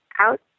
out